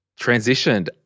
Transitioned